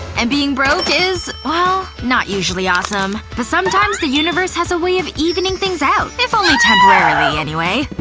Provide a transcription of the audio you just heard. and being broke is, well, not usually awesome. but sometimes the universe has a way of evening things out, if only temporarily, anyway.